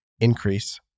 increase